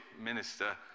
minister